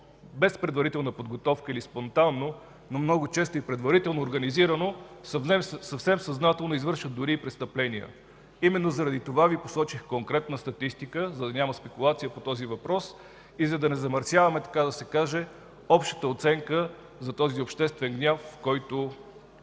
без предварителна подготовка или спонтанно, но много често и предварително организирано, съвсем съзнателно извършват дори и престъпления. Именно заради това Ви посочих конкретна статистика, за да няма спекулация по този въпрос и за да не замърсяваме общата оценка за този обществен гняв, който